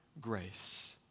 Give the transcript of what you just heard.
grace